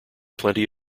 plenty